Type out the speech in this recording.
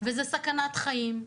וזו סכנת חיים.